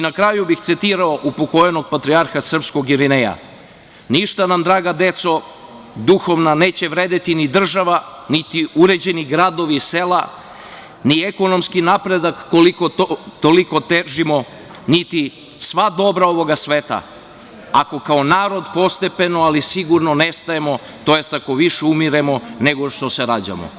Na kraju bih citirao pokojnog patrijarha srpskog Irineja – ništa nam draga deco duhovno neće vredeti ni država, niti uređeni gradovi i sela, ni ekonomski napredak koliko toliko težimo, niti sva dobra ovog sveta ako kao narod postepeno ali sigurno nestajemo, tj. ako više umiremo nego što se rađamo.